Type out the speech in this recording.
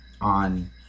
on